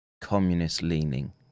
communist-leaning